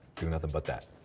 doing nothing but that.